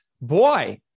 boy